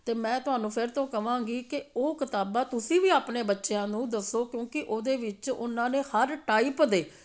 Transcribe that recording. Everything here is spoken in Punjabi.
ਅਤੇ ਮੈਂ ਤੁਹਾਨੂੰ ਫਿਰ ਤੋਂ ਕਹਾਵਾਂਗੀ ਕਿ ਉਹ ਕਿਤਾਬਾਂ ਤੁਸੀਂ ਵੀ ਆਪਣੇ ਬੱਚਿਆਂ ਨੂੰ ਦੱਸੋ ਕਿਉਂਕਿ ਉਹਦੇ ਵਿੱਚ ਉਹਨਾਂ ਨੇ ਹਰ ਟਾਈਪ ਦੇ